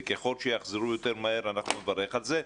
וככל שיחזרו יותר מהר אנחנו נברך על זה.